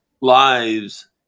lives